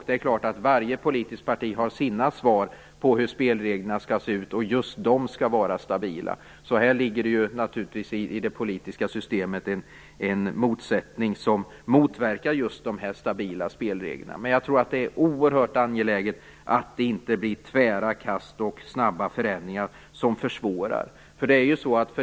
Det är klart att varje politiskt parti har sina svar på hur spelreglerna skall se ut, och just de skall vara stabila. Här ligger det naturligtvis en motsättning i det politiska systemet som motverkar just stabila spelregler. Jag tror att det är oerhört angeläget att det inte blir tvära kast och snabba förändringar som försvårar.